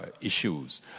issues